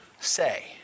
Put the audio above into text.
say